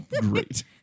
great